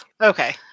Okay